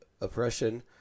oppression